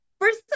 first